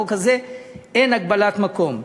הגבלת מקום.